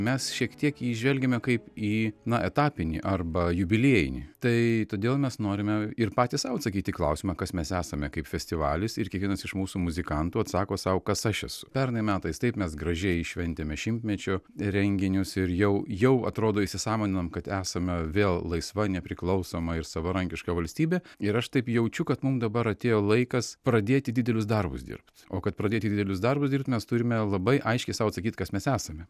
mes šiek tiek įžvelgiame kaip į na etapinį arba jubiliejinį tai todėl mes norime ir patys sau atsakyti į klausimą kas mes esame kaip festivalis ir kiekvienas iš mūsų muzikantų atsako sau kas aš esu pernai metais taip mes gražiai šventėme šimtmečio renginius ir jau jau atrodo įsisąmoninom kad esame vėl laisva nepriklausoma ir savarankiška valstybė ir aš taip jaučiu kad mum dabar atėjo laikas pradėti didelius darbus dirb o kad pradėti didelius darbus dirbt mes turime labai aiškiai sau atsakyt kas mes esame